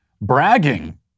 bragging